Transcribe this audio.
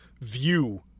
view